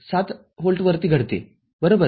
७ व्होल्टवरती घडते बरोबर